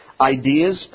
ideas